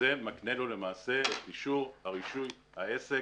וזה מקנה לו למעשה את אישור רישיון העסק